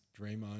Draymond